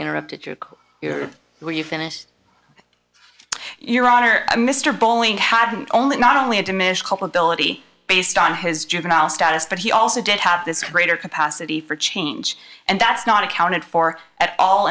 interrupted you were you finished your honor mr bowling had only not only a diminished culpability based on his juvenile status but he also did have this greater capacity for change and that's not accounted for at all